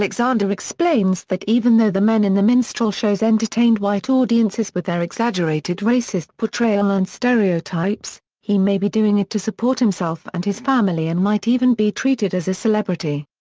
alexander explains that even though the men in the minstrel shows entertained white audiences with their exaggerated racist portrayal and stereotypes, he may be doing it to support himself and his family and might even be treated as a celebrity.